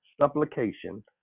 supplication